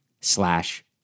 slash